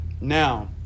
Now